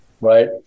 right